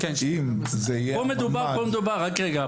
אם זה יהיה ממ"ד --- רק רגע.